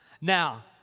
Now